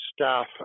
staff